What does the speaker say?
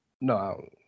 No